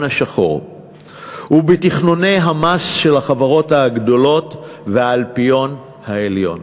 השחור ובתכנוני המס של החברות הגדולות והאלפיון העליון.